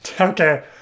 okay